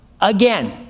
Again